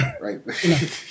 Right